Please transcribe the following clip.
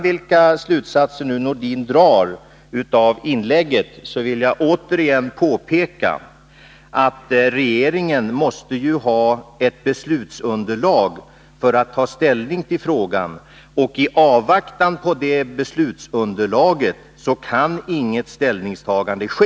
Vilka slutsatser Sven-Erik Nordin än drar av mitt inlägg vill jag dock återigen påpeka att regeringen måste ha ett beslutsunderlag för att kunna ta ställning till frågan. I avvaktan på det beslutsunderlaget kan inget ställningstagande ske.